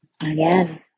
again